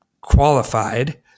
qualified